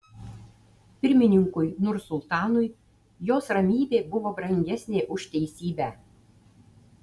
pirmininkui nursultanui jos ramybė buvo brangesnė už teisybę